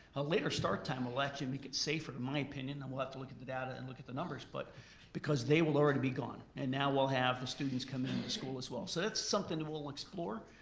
a later start time will actually make it safer in my opinion, and we'll have to look at the data and look at the numbers. but because they will already be gone and now we'll have the students come in at the school as well so that's something we'll explore.